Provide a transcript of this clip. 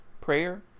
prayer